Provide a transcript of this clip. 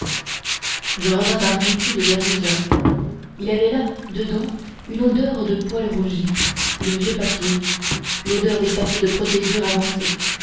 je revins à mon étude vers dix heures il y avait là dedans une odeur de poêle rougi de vieux papiers l'odeur des papiers de procédure